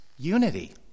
unity